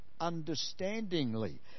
Understandingly